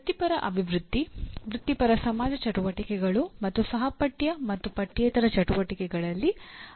ವೃತ್ತಿಪರ ಅಭಿವೃದ್ಧಿ ವೃತ್ತಿಪರ ಸಮಾಜ ಚಟುವಟಿಕೆಗಳು ಮತ್ತು ಸಹಪಠ್ಯ ಮತ್ತು ಪಠ್ಯೇತರ ಚಟುವಟಿಕೆಗಳಲ್ಲಿ ಭಾಗವಹಿಸಿ